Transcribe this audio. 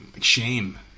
shame